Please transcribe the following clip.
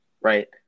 right